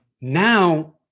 Now